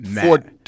four